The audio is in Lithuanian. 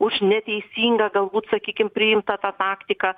už neteisingą galbūt sakykim priimtą tą taktiką